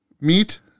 Meat